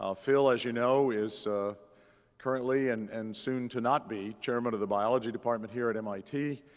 um phil, as you know, is currently and and soon to not be chairman of the biology department here at mit,